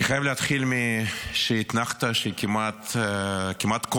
אני חייב להתחיל מאתנחתה שהיא כמעט קומית.